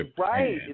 right